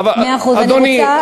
אדוני,